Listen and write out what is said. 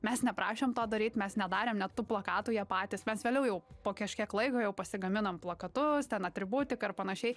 mes neprašėm to daryt mes nedarėm net tų plakatų jie patys mes vėliau jau po kažkiek laiko jau pasigaminom plakatus ten atributiką ir panašiai